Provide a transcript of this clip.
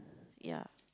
ya